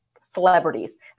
celebrities